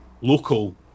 local